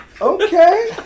Okay